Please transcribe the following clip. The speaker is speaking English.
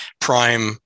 prime